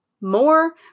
More